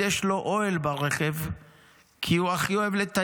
אוהד שרוף של קבוצת הכדורגל שלו,